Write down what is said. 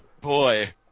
boy